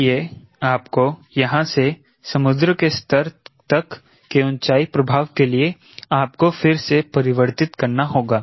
इसलिए आपको यहां से समुद्र के स्तर तक के ऊंचाई प्रभाव के लिए आपको फिर से परिवर्तित करना होगा